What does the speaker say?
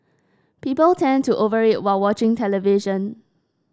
people tend to over eat while watching the television